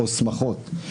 או שמחות.